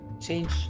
Change